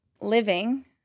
living